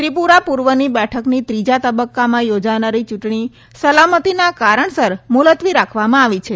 ત્રિપુરા પુર્વની બેઠકની ત્રીજા તબક્કામાં યોજાનારી ચૂંટણી સલામતીના કારણસર મુલતવી રાખવામાં આવી છે